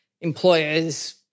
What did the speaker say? employer's